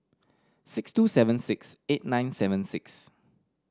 six two seven six eight nine seven six